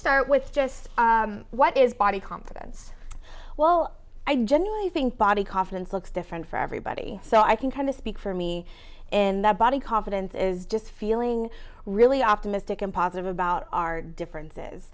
start with just what is body confidence well i genuinely think body confidence looks different for everybody so i can kind of speak for me in the body confidence is just feeling really optimistic and positive about our differences